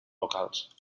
locals